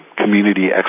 community